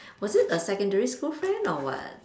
was it a secondary school friend or what